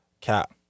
Cap